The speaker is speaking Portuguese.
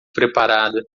preparada